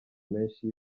menshi